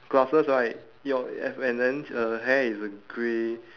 glasses right your and then her hair is uh grey